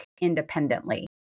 independently